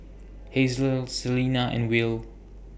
Hazle Selina and Will